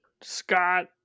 Scott